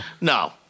No